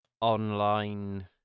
online